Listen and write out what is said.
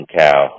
cow